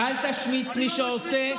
אנא תמשיכו את זה.